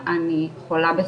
אני מנהלת